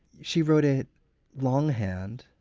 she wrote it longhand,